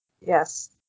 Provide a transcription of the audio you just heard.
Yes